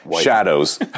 shadows